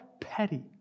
petty